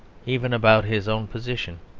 even about his own position.